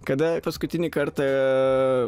kada paskutinį kartą